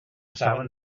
saben